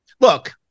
look